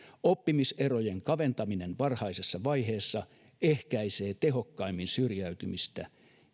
oppimiserojen kaventaminen varhaisessa vaiheessa ehkäisee tehokkaimmin syrjäytymistä